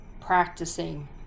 practicing